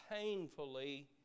painfully